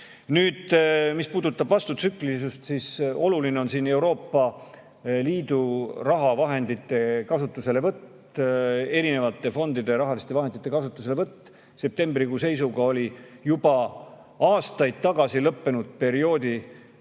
Nüüd, mis puudutab vastutsüklilisust, siis oluline on Euroopa Liidu raha kasutuselevõtt, erinevate fondide rahaliste vahendite kasutuselevõtt. Septembrikuu seisuga oli juba aastaid tagasi lõppenud perioodi